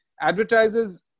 advertisers